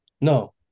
No